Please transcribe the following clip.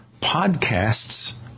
podcasts